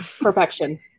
perfection